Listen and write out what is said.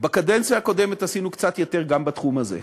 בקדנציה הקודמת עשינו קצת יותר גם בתחום הזה.